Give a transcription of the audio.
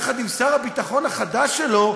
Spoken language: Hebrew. יחד עם שר הביטחון החדש שלו,